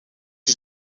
que